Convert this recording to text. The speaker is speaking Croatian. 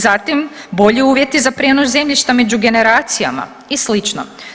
Zatim, bolji uvjeti za prijenos zemljišta među generacijama i slično.